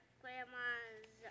grandma's